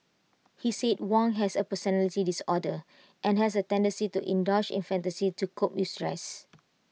he said Wong has A personality disorder and has A tendency to indulge in fantasy to cope with stress